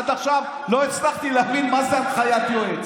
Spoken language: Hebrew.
עד עכשיו לא הצלחתי להבין מה זה הנחיית יועץ.